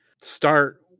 start